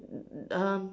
um